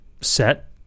set